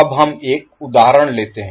अब हम एक उदाहरण लेते हैं